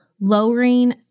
lowering